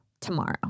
tomorrow